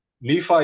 Nephi